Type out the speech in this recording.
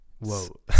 Whoa